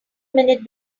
minute